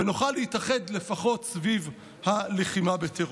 ונוכל להתאחד לפחות סביב הלחימה בטרור.